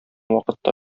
вакытта